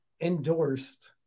Endorsed